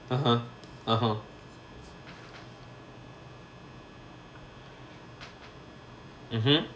(uh huh) (uh huh) mmhmm